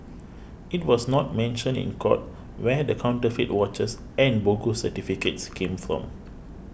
it was not mentioned in court where the counterfeit watches and bogus certificates came from